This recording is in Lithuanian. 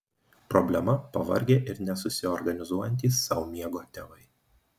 problema pavargę ir nesusiorganizuojantys sau miego tėvai